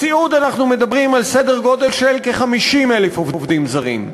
בסיעוד אנחנו מדברים על סדר גודל של כ-50,000 עובדים זרים.